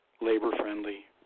labor-friendly